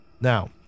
Now